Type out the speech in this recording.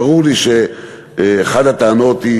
ברור לי שאחת הטענות היא